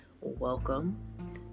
welcome